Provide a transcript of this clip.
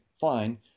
fine